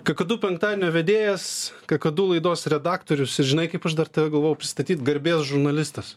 kakadu penktadienio vedėjas kakadu laidos redaktorius ir žinai kaip aš dar tave galvojau pristatyt garbės žurnalistas